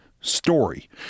story